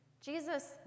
Jesus